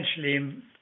essentially